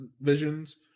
visions